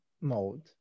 mode